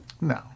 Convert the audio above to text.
No